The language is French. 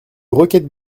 roquette